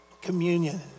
communion